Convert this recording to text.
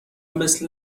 مثل